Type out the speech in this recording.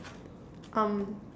um